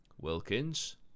Wilkins